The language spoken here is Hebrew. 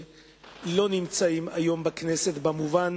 שלא נמצאים היום בכנסת במובן